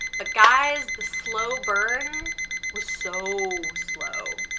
but guys, the slow burn was so slow!